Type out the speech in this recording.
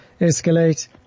escalate